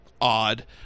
odd